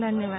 धन्यवाद